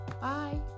Bye